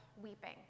weeping